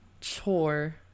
chore